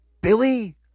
Billy